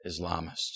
Islamists